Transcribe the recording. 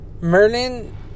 Merlin